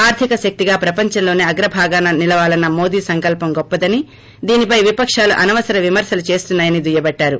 ఆర్దిక శక్తిగా ప్రపంచంలోనే అగ్ర భాగాన నిలవాలన్న మోదీ సంకల్పం గొప్పదని దీనిపై విపక్తాలు అనవసర విమర్నలు చేస్తున్నాయని దుయ్యపట్టారు